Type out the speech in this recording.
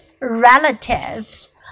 relatives